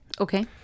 Okay